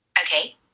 Okay